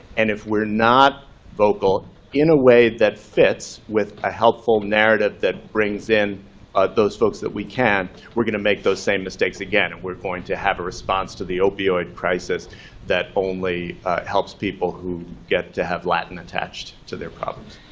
and if we're not vocal in a way that fits with a helpful narrative that brings in those folks that we can, we're going to make those same mistakes again. and we're going to have a response to the opioid crisis that only helps people who get to have latin attached to their problems.